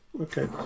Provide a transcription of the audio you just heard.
Okay